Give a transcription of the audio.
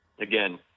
again